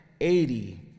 eighty